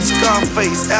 Scarface